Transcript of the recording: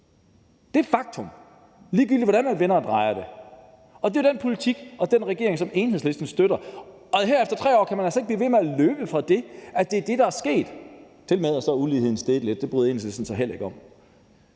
Det er et faktum, ligegyldigt hvordan man vender og drejer det. Det er jo den politik og den regering, som Enhedslisten støtter, og her efter 3 år kan man altså ikke blive ved med at løbe fra, at det er det, der er sket. Tilmed er uligheden steget lidt. Det bryder Enhedslisten sig heller ikke om.